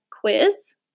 quiz